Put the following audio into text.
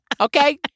okay